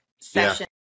session